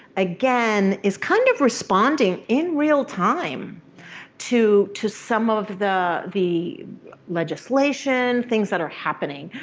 again, is kind of responding in real time to to some of the the legislation, things that are happening.